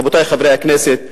רבותי חברי הכנסת,